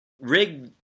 rig